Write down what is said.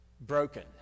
broken